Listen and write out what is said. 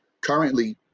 currently